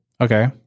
Okay